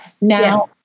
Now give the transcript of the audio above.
Now